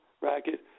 racket